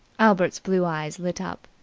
albert's blue eyes lit up.